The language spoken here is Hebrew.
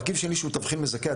מרכיב שני שהוא תבחין מזכה,